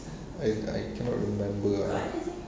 I I cannot remember ah